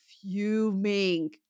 fuming